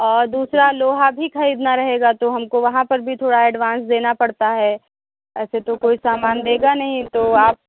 और दूसरा लोहा भी ख़रीदना रहेगा तो हमको वहाँ पर भी थोड़ा एडवांस देना पड़ता है ऐसे तो कोई सामान देगा नहीं तो आप